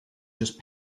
just